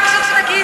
מה קורה לכם?